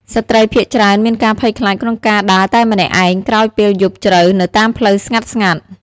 ស្ត្រីភាគច្រើនមានការភ័យខ្លាចក្នុងការដើរតែម្នាក់ឯងក្រោយពេលយប់ជ្រៅនៅតាមផ្លូវស្ងាត់ៗ។